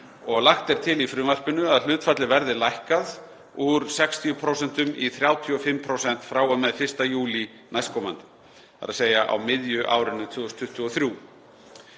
Lagt er til í frumvarpinu að hlutfallið verði lækkað úr 60% í 35% frá og með 1. júlí næstkomandi, þ.e. á miðju árinu 2023.